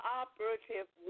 operative